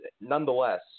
nonetheless